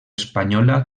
espanyola